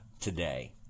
today